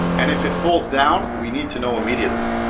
and if it falls down, we need to know immediately.